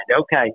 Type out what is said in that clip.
okay